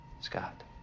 Scott